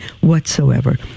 whatsoever